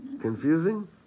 Confusing